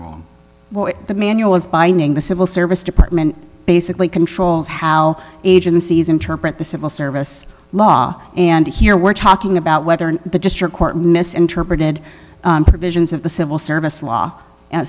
to the manual is binding the civil service department basically controls how agencies interpret the civil service law and here we're talking about whether in the district court misinterpreted provisions of the civil service law and